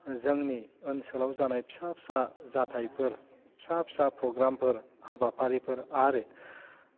जोंनि ओनसोलाव जानाय फिसा फिसा जाथाइफोर फिसा फिसा प्रग्रामफोर हाबाफारिफोर आरो